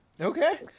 Okay